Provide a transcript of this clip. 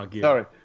Sorry